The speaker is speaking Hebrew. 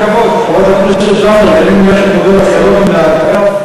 שמתבסס על ישיבה דרמטית של ועדת הכלכלה.